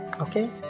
Okay